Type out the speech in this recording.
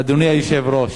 אדוני היושב-ראש,